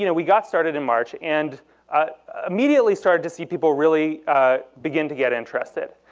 you know we got started in march, and immediately started to see people really begin to get interested.